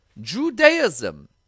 Judaism